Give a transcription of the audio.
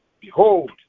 Behold